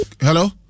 Hello